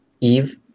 Eve